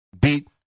beat